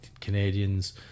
Canadians